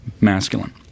masculine